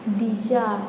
दिशा